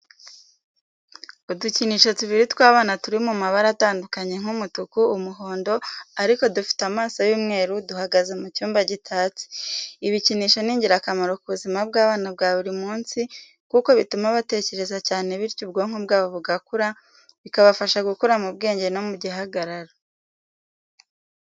Udukinisho tubiri tw'abana turi mu mabara atandukanye nk'umutuku, umuhondo ariko dufite amaso y'umweru duhagaze mu cyumba gitatse. Ibikinisho ni ingirakamaro ku buzima bw'abana bwa buri munsi kuko bituma batekereza cyane bityo ubwonko bwabo bugakura, bikabafasha gukura mu bwenge no mu gihagararo.